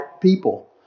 people